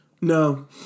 No